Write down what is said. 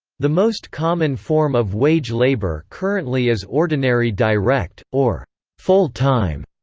the most common form of wage labour currently is ordinary direct, or full-time,